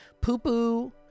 poo-poo